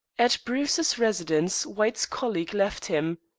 at bruce's residence white's colleague left him.